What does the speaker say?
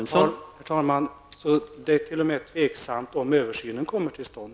Herr talman! Så det är t.o.m. tveksamt om översynen kommer till stånd?